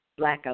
blackouts